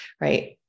right